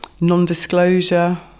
non-disclosure